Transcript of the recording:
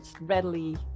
readily